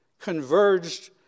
converged